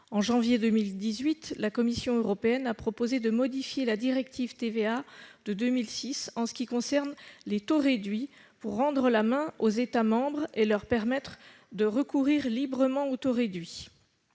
En janvier 2018, la Commission européenne a proposé de modifier la directive sur la TVA de 2006 en ce qui concerne les taux réduits, pour rendre la main aux États membres et leur permettre de recourir librement aux taux réduits.